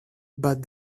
but